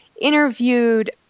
interviewed